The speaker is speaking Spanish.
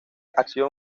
acción